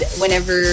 whenever